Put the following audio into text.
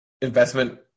investment